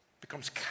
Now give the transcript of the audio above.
becomes